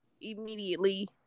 immediately